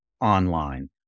online